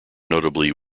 notably